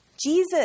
Jesus